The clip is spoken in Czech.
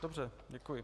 Dobře, děkuji.